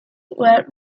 were